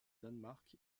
danemark